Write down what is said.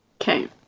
Okay